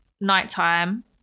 nighttime